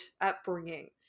upbringing